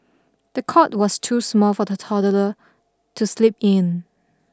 the cot was too small for the toddler to sleep in